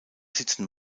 sitzen